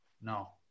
No